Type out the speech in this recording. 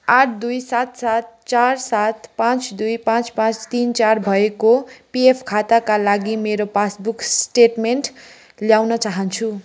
आठ दुई सात सात चार सात पाँच दुई पाँच पाँच तिन चार भएको पिएफ खाताका लागि मेरो पासबुक स्टेटमेन्ट ल्याउन चाहन्छु